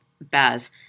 Baz